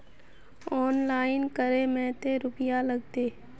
Online करे में ते रुपया लगते?